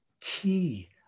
key